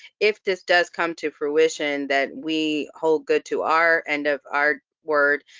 if this does come to fruition, that we hold good to our end of, our word,